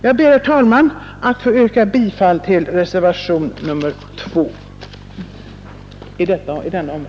Jag ber, herr talman, att få yrka bifall till reservationen A 2 vid punkten 2.